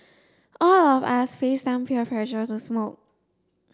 all of us faced some peer pressure to smoke